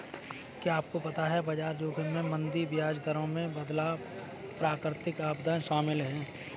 क्या आपको पता है बाजार जोखिम में मंदी, ब्याज दरों में बदलाव, प्राकृतिक आपदाएं शामिल हैं?